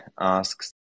asks